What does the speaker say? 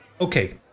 Okay